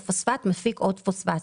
עוד פוספט.